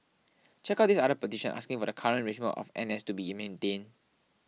check out this other petition asking for the current arrangement of N S to be maintained